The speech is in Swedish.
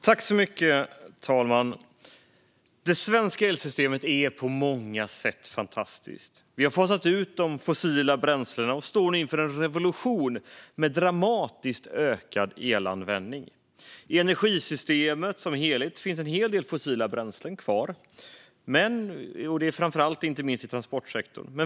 Fru talman! Det svenska elsystemet är på många sätt fantastiskt. Vi har fasat ut de fossila bränslena och står nu inför en revolution med dramatiskt ökad elanvändning. I energisystemet som helhet finns en hel del fossila bränslen kvar, inte minst i transportsektorn.